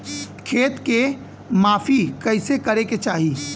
खेत के माफ़ी कईसे करें के चाही?